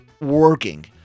working